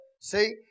See